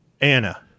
anna